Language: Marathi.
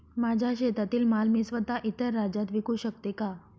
माझ्या शेतातील माल मी स्वत: इतर राज्यात विकू शकते का?